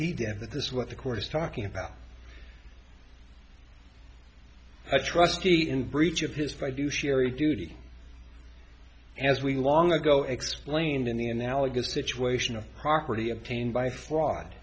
he did this what the court is talking about a trustee in breach of his by do sherry duty as we long ago explained in the analogous situation of property obtained by fraud